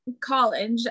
college